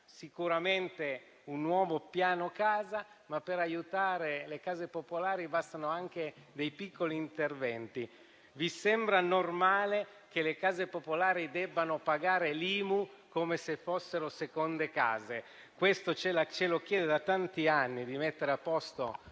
sicuramente un nuovo piano casa, ma per aiutare le case popolari bastano anche dei piccoli interventi. Vi sembra normale che le case popolari debbano pagare l'IMU come se fossero seconde case? Da tanti anni Federcasa ci chiede di mettere a posto